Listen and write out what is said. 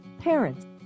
Parents